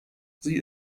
sie